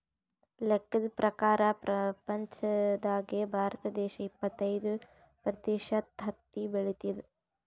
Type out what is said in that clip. ಲೆಕ್ಕದ್ ಪ್ರಕಾರ್ ಪ್ರಪಂಚ್ದಾಗೆ ಭಾರತ ದೇಶ್ ಇಪ್ಪತ್ತೈದ್ ಪ್ರತಿಷತ್ ಹತ್ತಿ ಬೆಳಿತದ್